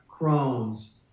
Crohn's